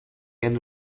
end